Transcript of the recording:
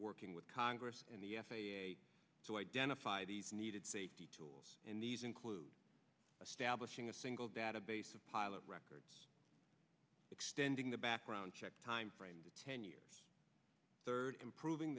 working with congress in the f a a to identify these needed safety tools and these include stablish ing a single database of pilot records extending the background check time frame to ten years third improving